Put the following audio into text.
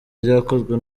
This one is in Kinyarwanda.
ryakozwe